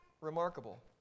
remarkable